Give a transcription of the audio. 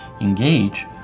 engage